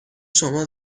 شما